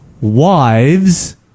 wives